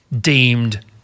deemed